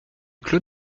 clos